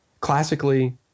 classically